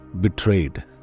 betrayed